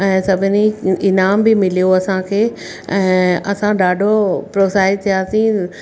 ऐं सभिनी इनाम बि मिलियो असांखे ऐं असां ॾाढो प्रोत्साहित थियासीं